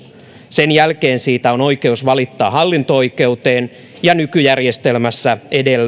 sen jälkeen siitä on oikeus valittaa hallinto oikeuteen ja nykyjärjestelmässä